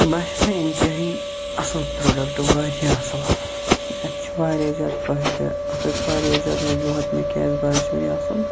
یہِ باسیٚو مےٚ اِنتِہٲیی اَصل پروڈَکٹ واریاہ اَصل اَتھ چھِ واریاہ زیادٕ فٲیِدٕ اتھ ٲسۍ واریاہ زیادٕ وجوہات مےٚ کیاز باسیو یہِ اَصل